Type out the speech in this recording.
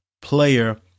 Player